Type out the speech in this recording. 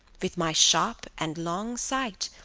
with my sharp and long sight,